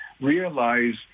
realize